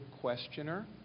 Questioner